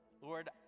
Lord